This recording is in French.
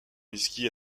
whisky